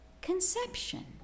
conception